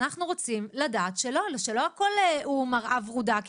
אנחנו רוצים לדעת שלא הכל מראה ורודה כי